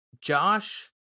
Josh